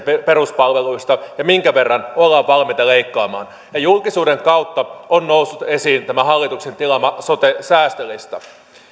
peruspalveluista ja minkä verran ollaan valmiita leikkaamaan ja julkisuuden kautta on noussut esiin tämä hallituksen tilaama sote säästölista